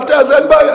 אין בעיה.